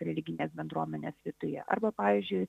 religinės bendruomenės viduje arba pavyzdžiui